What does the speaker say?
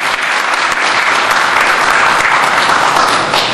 (מחאות כפיים)